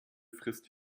frisst